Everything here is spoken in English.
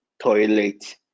toilet